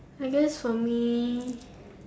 I guess for me